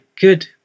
good